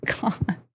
god